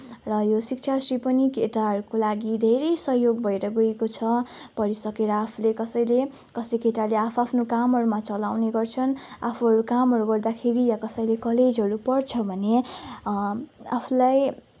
र यो शिक्षाश्री पनि केटाहरूको लागि धेरै सहयोग भएर गएको छ पढिसकेर आफूले कसैले कसै केटाले आफ्नो आफ्नो कामहरूमा चलाउने गर्छन् आफूहरू कामहरू गर्दाखेरि या कसैले कलेजहरू पढ्छ भने आफूलाई